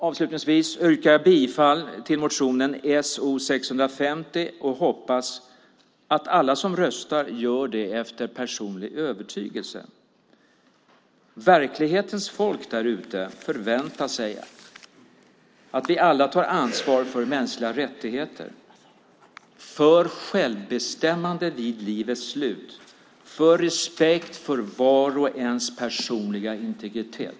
Avslutningsvis yrkar jag bifall till motionen So650 och hoppas att alla som röstar gör det efter personlig övertygelse. Verklighetens folk där ute förväntar sig att vi alla tar ansvar för mänskliga rättigheter, för självbestämmande vid livet slut och för respekt för vars och ens personliga integritet.